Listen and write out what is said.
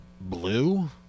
Blue